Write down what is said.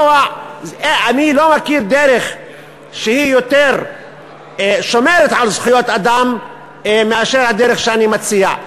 אני לא מכיר דרך ששומרת יותר על זכויות אדם מאשר הדרך שאני מציע.